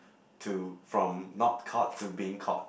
to from not caught to being caught